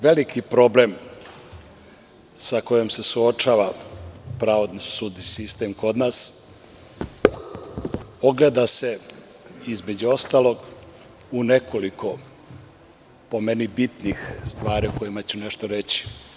Veliki problem sa kojim se suočava pravosudni sistem kod nas ogleda, između ostalog, u nekoliko po meni bitnih stvari o kojima ću nešto reći.